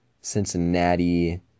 Cincinnati